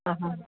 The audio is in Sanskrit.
ह्म्म्